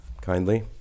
kindly